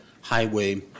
highway